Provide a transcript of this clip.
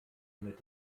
mit